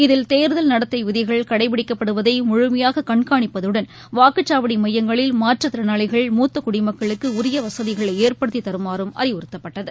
இதில் தேர்தல் நடத்தை விதிகள் கடைப்பிடிக்கப்படுவதை முழுமையாக கண்காணிப்பதுடன் வாக்குச்சாவடி மையங்களில் மாற்றத் திறனாளிகள் மூத்த குடிமக்களுக்கு உரிய வசதிகளை ஏற்படுத்தித் தருமாறும் அறிவுறுத்தப்பட்டது